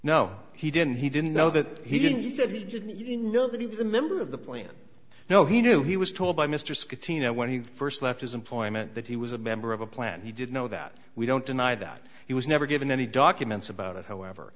no he didn't he didn't know that he didn't he said he didn't even know that he was a member of the plant no he knew he was told by mr scott tina when he first left his employment that he was a member of a plan he did know that we don't deny that he was never given any documents about it however